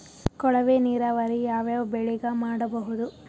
ಕೊಳವೆ ನೀರಾವರಿ ಯಾವ್ ಯಾವ್ ಬೆಳಿಗ ಮಾಡಬಹುದು?